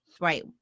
Right